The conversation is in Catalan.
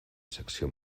secció